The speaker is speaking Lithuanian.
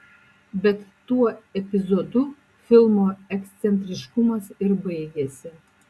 bet tuo epizodu filmo ekscentriškumas ir baigiasi